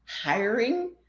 hiring